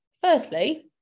firstly